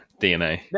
dna